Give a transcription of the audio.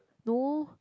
no